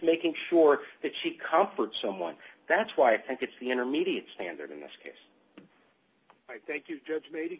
making sure that she comforts someone that's why i think it's the intermediate standard in this case i thank you judge